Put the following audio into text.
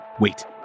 Wait